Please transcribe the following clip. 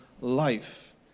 life